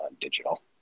digital